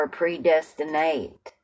predestinate